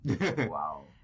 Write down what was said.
Wow